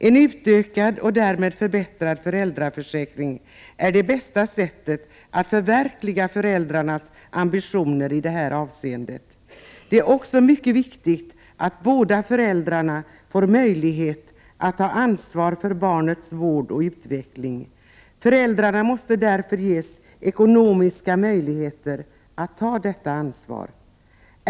En utökad och därmed förbättrad föräldraförsäkring är det bästa sättet att förverkliga föräldrarnas ambitioner i det här avseendet. Det är också mycket viktigt att båda föräldrarna får möjlighet att ta ansvar för barnets vård och utveckling. Föräldrarna måste därför ges ekonomiska möjligheter att ta detta ansvar.